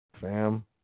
Fam